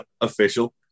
official